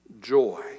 Joy